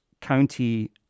county